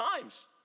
times